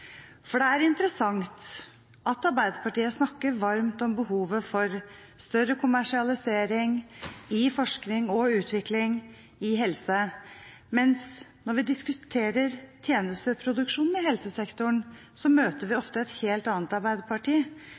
også. Det er interessant at Arbeiderpartiet snakker varmt om behovet for større kommersialisering i forskning og utvikling i helse, mens når vi diskuterer tjenesteproduksjon i helsesektoren, møter vi ofte et helt annet Arbeiderparti,